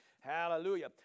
Hallelujah